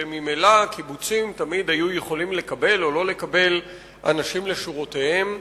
שממילא קיבוצים תמיד היו יכולים לקבל או לא לקבל אנשים לשורותיהם.